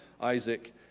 Isaac